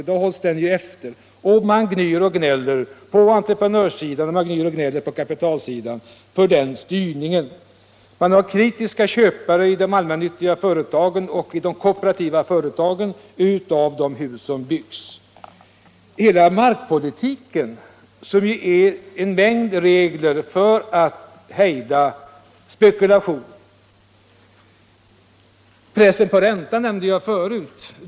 I dag hålls det priset efter. På entreprenöroch kapitalsidan gnyr man och gnäller för den styrningen. Man har nämligen nu i de allmännyttiga och kooperativa företagen mycket kritiska köpare till de hus som byggs. Hela markpolitiken är också full av regler för att hejda spekulation. Pressen på räntan har jag tidigare nämnt.